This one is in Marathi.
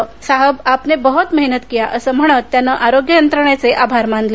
साहब आपने बहोत मेहनत किया असे म्हणत त्यानं आरोग्य यंत्रणेचे आभार मानले